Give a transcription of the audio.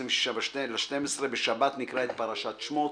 26 בדצמבר, בשבת נקרא את פרשת שמות.